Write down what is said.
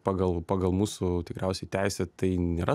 pagal pagal mūsų tikriausiai teisę tai nėra